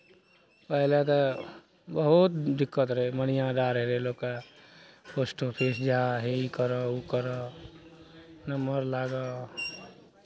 पहिले तऽ बहुत दिक्कत रहै मनीआर्डर अयलै लोककेँ पोस्टऑफिस जा हे ई करह ओ करह नम्मर लागह